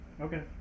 Okay